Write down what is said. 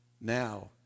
Now